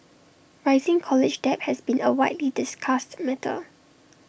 rising college debt has been A widely discussed matter